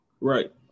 Right